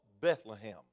Bethlehem